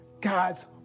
God's